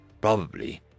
Probably